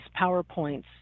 PowerPoints